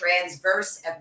transverse